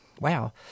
Wow